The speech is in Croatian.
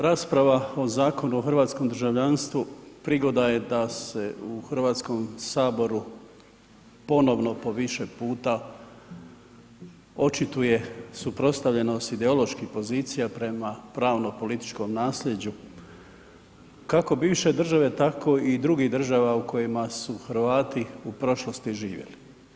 Rasprava o Zakonu o hrvatskom državljanstvu prigoda je da se u Hrvatsko saboru ponovno po više puta očituje suprotstavljenost ideoloških pozicija prema pravno-političkom nasljeđu kako bivše države tako i drugih država u kojima su Hrvati u prošlosti živjeli.